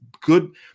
good